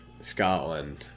Scotland